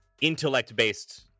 intellect-based